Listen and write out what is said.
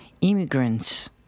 immigrants